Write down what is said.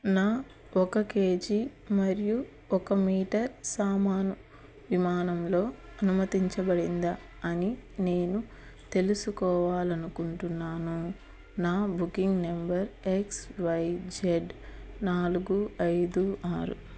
నా ఒక కేజి మరియు ఒక మీటర్ సామాను విమానంలో అనుమతించబడిందా అని నేను తెలుసుకోవాలనుకుంటున్నాను నా booking number X Y Z నాలుగు ఐదు ఆరు